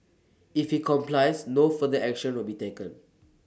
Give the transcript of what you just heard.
if he complies no further action will be taken